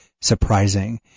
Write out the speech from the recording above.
surprising